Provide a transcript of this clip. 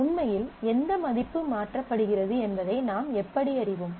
உண்மையில் என்ன மதிப்பு மாற்றப்படுகிறது என்பதை நாம் எப்படி அறிவோம்